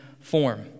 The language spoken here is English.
form